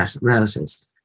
relatives